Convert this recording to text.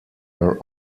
your